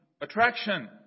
attraction